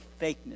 fakeness